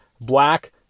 Black